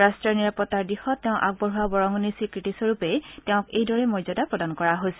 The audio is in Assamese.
ৰাট্ৰীয় নিৰাপত্তাৰ দিশত তেওঁ আগবঢ়োৱা বৰঙণিৰ স্বীকৃতি স্বৰূপেই তেওঁক এইদৰে মৰ্যাদা প্ৰদান কৰা হৈছে